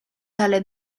tale